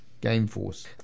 game-force